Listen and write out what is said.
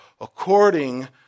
according